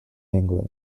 england